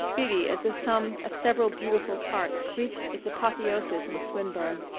beauty, as the sum of several beautiful parts, reached its apotheosis in swinburne.